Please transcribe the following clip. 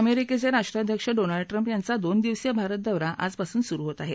अमेरिकेचे राष्ट्राध्यक्ष Donald Trump यांचा दोन दिवसीय भारत दौरा आजपासून सुरू होत आहे